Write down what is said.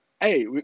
Hey